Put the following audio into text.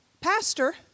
pastor